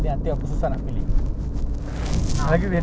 but really see how ah kalau satu customer jer